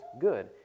good